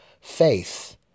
faith